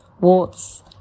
warts